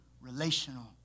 relational